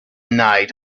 night